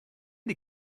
die